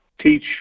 teach